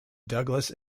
douglas